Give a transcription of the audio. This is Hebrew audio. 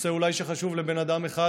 נושא שאולי חשוב לבן אדם אחד,